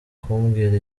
kumbwira